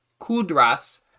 kudras